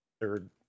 third